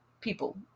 people